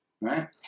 right